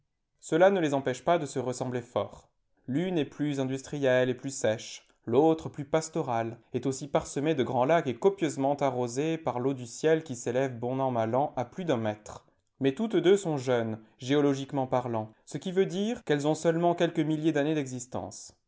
cela ne les empêche pas de se ressembler fort l'une est plus industrielle et plus sèche l'autre plus pastorale est aussi parsemée de grands lacs et copieusement arrosée par l'eau du ciel qui s'élève bon an mal an à plus d'un mètre mais toutes deux sont jeunes géologiquement parlant ce qui veut dire qu'elles ont seulement quelques milliers d'années d'existence